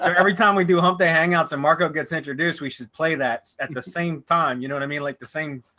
um every time we do hump day hangouts and marco gets introduced, we should play that at the same time. you know what i mean? like the same,